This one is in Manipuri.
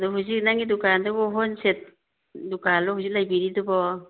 ꯑꯗꯨ ꯍꯧꯖꯤꯛ ꯅꯪꯒꯤ ꯗꯨꯀꯥꯟꯗꯨꯕꯨ ꯍꯣꯜꯁꯦꯜ ꯗꯨꯀꯥꯟꯂꯣ ꯍꯧꯖꯤꯛ ꯂꯩꯕꯤꯔꯤꯗꯨꯕꯣ